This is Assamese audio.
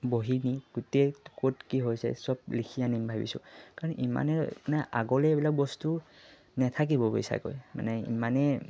বহী নি গোটেই ক'ত কি হৈছে সব লিখি আনিম ভাবিছোঁ কাৰণ ইমানে মানে আগলৈ এইবিলাক বস্তু নাথাকিব বিচাৰকৈ মানে ইমানেই